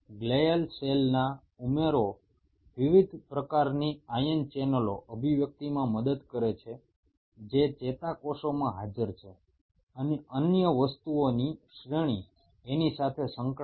glial কোষগুলো এই নিউরনগুলোর উপরে অবস্থিত বিভিন্ন ধরনের আয়ন চ্যানেলগুলোর এক্সপ্রেশনে সাহায্য করে